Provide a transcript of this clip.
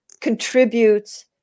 contributes